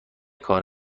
کار